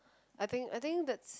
I think I think that's